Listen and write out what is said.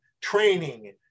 training